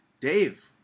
Dave